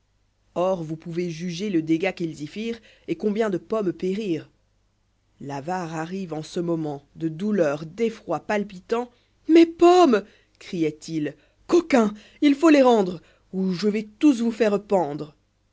or vous pouvez juger le dégât qu'ils y firent et combien de pommes périrent l'avare arrive en ce moment de douleur d'effroi palpitant mes pommes crioit il coquins il faut les rendre ou je vais tous vous faire pendre